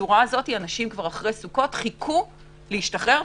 בצורה כזו אנשים אחרי סוכות חיכו להשתחרר,